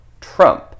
Trump